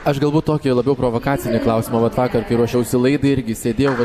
aš galbūt tokį labiau provokacinį klausimą vat vakar kai ruošiausi laidai irgi sėdėjau